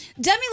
Demi